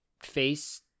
face